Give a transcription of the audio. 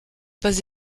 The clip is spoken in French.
pas